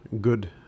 good